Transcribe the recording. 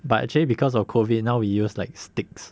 but actually because of COVID now we use like sticks